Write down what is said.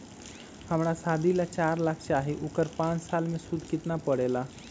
हमरा शादी ला चार लाख चाहि उकर पाँच साल मे सूद कितना परेला?